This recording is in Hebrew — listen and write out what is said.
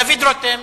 דוד רותם,